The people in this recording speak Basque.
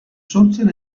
sortzen